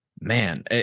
man